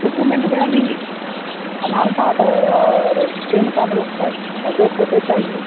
document में अभी Aadhaar card और पैन कार्ड लगता है और दो फ़ोटो चाहिए